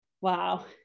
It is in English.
Wow